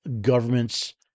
government's